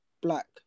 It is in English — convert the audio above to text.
black